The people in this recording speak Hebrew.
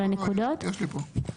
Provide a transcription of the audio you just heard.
יש לי פה.